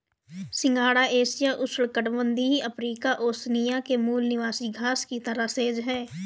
सिंघाड़ा एशिया, उष्णकटिबंधीय Africa, Oceania के मूल निवासी घास की तरह सेज है